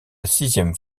sixième